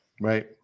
right